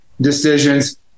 decisions